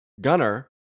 gunner